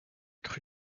crues